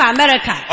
America